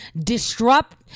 Disrupt